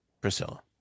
priscilla